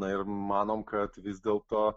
na ir manom kad vis dėlto